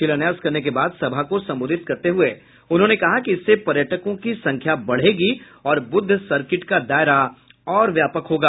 शिलान्यास करने के बाद सभा को संबोधित करते हुए उन्होंने कहा कि इससे पर्यटकों की संख्या बढ़ेगी और बुद्ध सर्किट का दायरा और व्यापक होगा